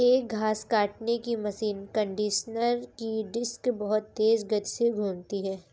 एक घास काटने की मशीन कंडीशनर की डिस्क बहुत तेज गति से घूमती है